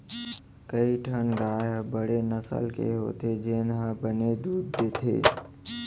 कई ठन गाय ह बड़े नसल के होथे जेन ह बने दूद देथे